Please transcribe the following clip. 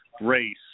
race